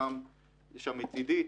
יש שם את עידית,